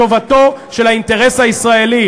כי